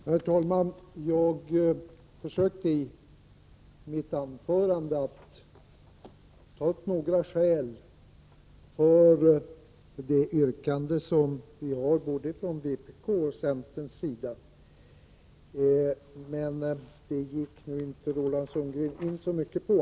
Herr talman! I mitt huvudanförande försökte jag anföra några skäl till det yrkande som framställts både från oss i vpk och från centerns sida. Men det gick inte Roland Sundgren särskilt mycket in på.